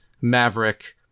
Maverick